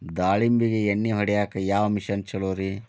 ದಾಳಿಂಬಿಗೆ ಎಣ್ಣಿ ಹೊಡಿಯಾಕ ಯಾವ ಮಿಷನ್ ಛಲೋರಿ?